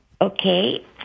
Okay